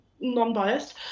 non-biased